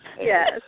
Yes